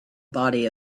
body